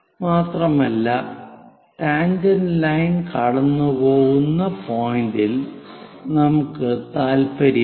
മാത്രമല്ല tangent line കടന്നുപോകുന്ന പോയിന്റിൽ നമുക്ക് താൽപ്പര്യമുണ്ട്